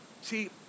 See